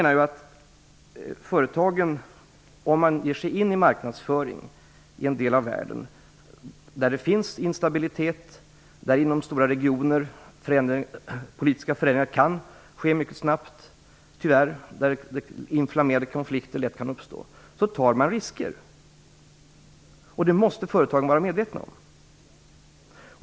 När företagen ger sig in i marknadsföring i en del av världen där det finns instabilitet, där politiska förändringar inom stora regioner kan ske mycket snabbt och inflammerade konflikter lätt kan uppstå, tar de risker. Det måste företagen vara medvetna om.